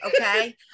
okay